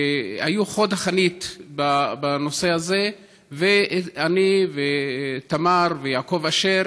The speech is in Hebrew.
שהיו חוד החנית בנושא הזה, ואני, ותמר ויעקב אשר,